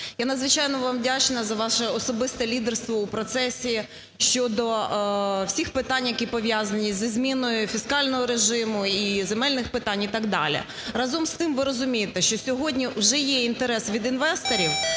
Я надзвичайно вам вдячна за ваше особисто лідерство у процесі щодо всіх питань, які пов'язані зі зміною фіскального режиму і земельних питань, і так далі. Разом з тим ви розумієте, що сьогодні вже є інтерес від інвесторів,